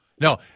No